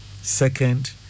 Second